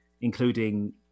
including